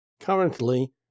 Currently